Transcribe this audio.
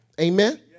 Amen